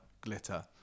glitter